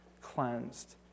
cleansed